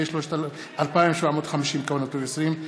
פ/2750/20,